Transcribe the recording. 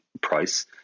price